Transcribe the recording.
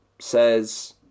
says